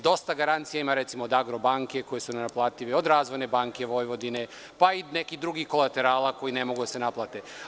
Dosta garancija ima, recimo od Agrobanke, koji su nenaplativi, od Razvojne banke Vojvodine, pa i nekih drugih kolaterala koji ne mogu da se naplate.